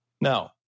Now